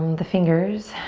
the fingers.